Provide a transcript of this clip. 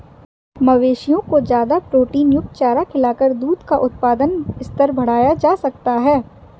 मवेशियों को ज्यादा प्रोटीनयुक्त चारा खिलाकर दूध का उत्पादन स्तर बढ़ाया जा सकता है